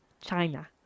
China